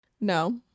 no